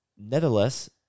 Nevertheless